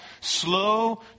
slow